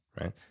right